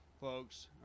folks